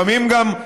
לפעמים גם,